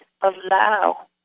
allow